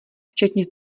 včetně